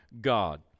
God